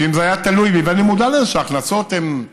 שאם זה היה תלוי בי, ואני מודע לזה שההכנסות הן,